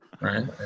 right